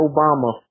Obama